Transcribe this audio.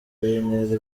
bintera